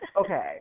Okay